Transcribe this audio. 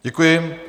Děkuji.